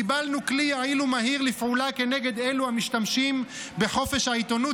קיבלנו כלי יעיל ומהיר לפעולה כנגד אלו המשתמשים בחופש העיתונות